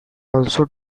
also